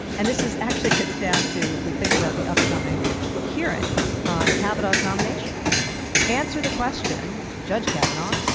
and this is, actually, it gets down to, if we think about the upcoming hearings on kavanaugh's nomination answer the question, judge kavanaugh,